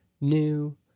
new